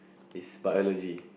is Biology